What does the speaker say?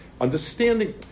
understanding